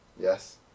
Yes